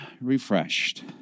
refreshed